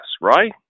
right